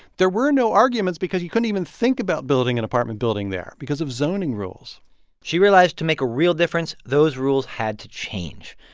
there were no arguments because you couldn't even think about building an apartment building there because of zoning rules she realized to make a real difference, those rules had to change.